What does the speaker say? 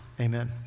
Amen